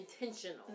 intentional